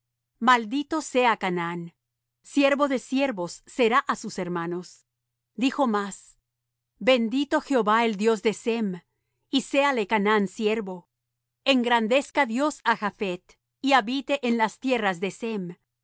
maldito sea canaán siervo de siervos será á sus hermanos dijo más bendito jehová el dios de sem y séale canaán siervo engrandezca dios á japhet y habite en las tiendas de sem